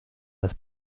das